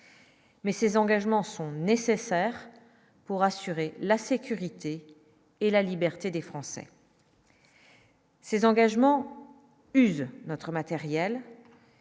Mais ces engagements sont nécessaires pour assurer la sécurité et la liberté des Français. Ces engagements use notre matériel.